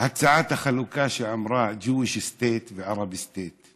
הצעת החלוקה, שאמרה: Jewish state ו-Arabic state,